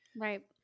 Right